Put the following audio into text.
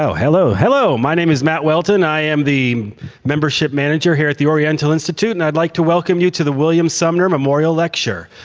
so hello. hello, my name is matt welton. i am the membership manager here at the oriental institute and i'd like to welcome you to the william sumner memorial lecture.